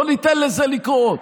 לא ניתן לזה לקרות.